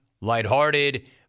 lighthearted